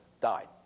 died